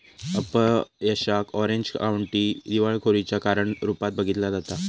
अपयशाक Orange County दिवाळखोरीच्या कारण रूपात बघितला जाता